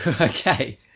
Okay